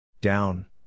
Down